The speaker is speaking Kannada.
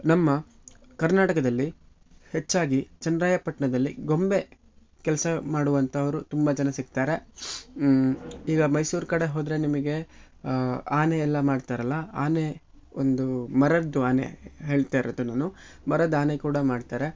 ನಮ್ಮ ಕರ್ನಾಟಕದಲ್ಲಿ ಹೆಚ್ಚಾಗಿ ಚೆನ್ನರಾಯಪಟ್ಟಣದಲ್ಲಿ ಗೊಂಬೆ ಕೆಲಸ ಮಾಡುವಂಥವರು ತುಂಬ ಜನ ಸಿಕ್ತಾರೆ ಈಗ ಮೈಸೂರ ಕಡೆ ಹೋದರೆ ನಿಮಗೆ ಆನೆ ಎಲ್ಲ ಮಾಡ್ತಾರಲ್ಲ ಆನೆ ಒಂದು ಮರದ್ದು ಆನೆ ಹೇಳ್ತಾ ಇರೋದು ನಾನು ಮರದ ಆನೆ ಕೂಡ ಮಾಡ್ತಾರೆ